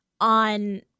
on